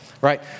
right